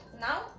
now